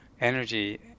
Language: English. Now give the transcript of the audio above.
energy